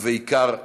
ובעיקר,